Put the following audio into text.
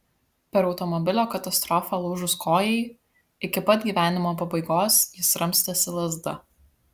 per automobilio katastrofą lūžus kojai iki pat gyvenimo pabaigos jis ramstėsi lazda